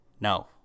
No